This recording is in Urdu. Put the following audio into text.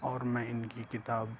اور میں اِن کی کتاب